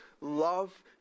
love